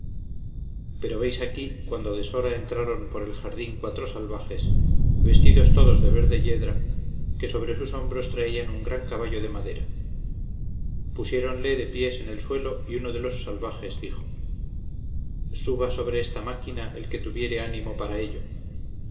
pero veis aquí cuando a deshora entraron por el jardín cuatro salvajes vestidos todos de verde yedra que sobre sus hombros traían un gran caballo de madera pusiéronle de pies en el suelo y uno de los salvajes dijo suba sobre esta máquina el que tuviere ánimo para ello